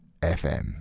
FM